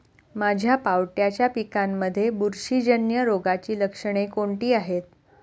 माझ्या पावट्याच्या पिकांमध्ये बुरशीजन्य रोगाची लक्षणे कोणती आहेत?